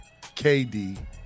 KD